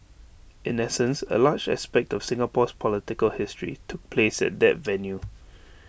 in essence A large aspect of Singapore's political history took place at that venue